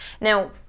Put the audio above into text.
Now